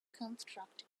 construct